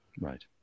Right